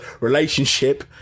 relationship